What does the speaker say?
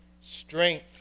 strength